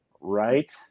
Right